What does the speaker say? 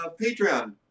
Patreon